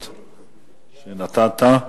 שנתת.